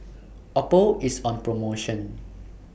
Oppo IS on promotion